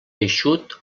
eixut